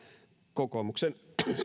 kokoomuksen